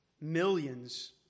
millions